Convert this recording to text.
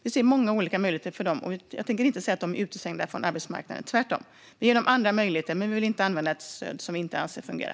Vi ser många olika möjligheter för dessa personer. Jag tänker inte säga att de är utestängda från arbetsmarknaden, tvärtom. Vi ger dem andra möjligheter. Vi vill inte använda ett stöd som vi inte anser fungera.